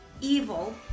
evil